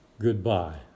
goodbye